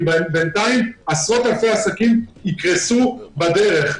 כי בינתיים עשרות אלפי עסקים יקרסו בדרך.